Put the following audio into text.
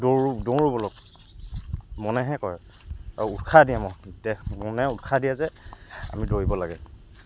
দৌৰোঁ দৌৰোঁ ব'লক মনেহে কয় আৰু উৎসাহ দিয়ে মন দেহ মনে উৎসাহ দিয়ে যে আমি দৌৰিব লাগে